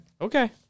okay